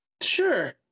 sure